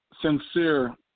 sincere